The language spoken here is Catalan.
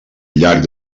llarg